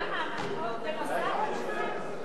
בנוסף עוד שניים?